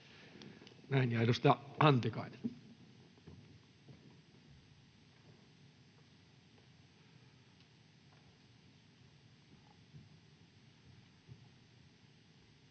Näin, ja edustaja Antikainen.